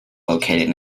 located